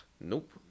Nope